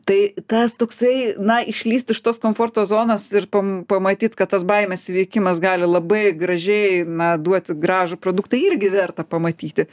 tai tas toksai na išlįsti iš tos komforto zonos ir pam pamatyt kad tos baimės įveikimas gali labai gražiai na duoti gražų produktą irgi verta pamatyti